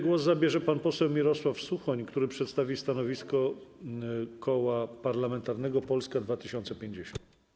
Głos zabierze pan poseł Mirosław Suchoń, który przedstawi stanowisko Koła Parlamentarnego Polska 2050.